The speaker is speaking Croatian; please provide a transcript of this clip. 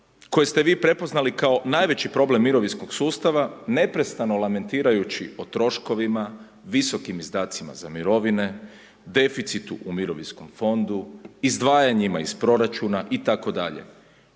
koje ste vi prepoznali kao najveći problem mirovinskog sustava neprestano lamentirajući o troškovima, visokim izdacima za mirovine, deficitu u mirovinskom fondu, izdvajanjima iz proračuna itd.